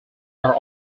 are